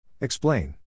Explain